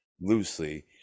loosely